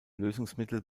lösungsmittel